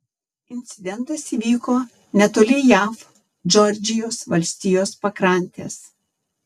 incidentas įvyko netoli jav džordžijos valstijos pakrantės